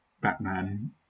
Batman